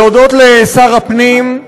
להודות לשר הפנים,